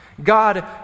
God